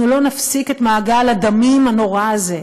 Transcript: לא נפסיק את מעגל הדמים הנורא הזה.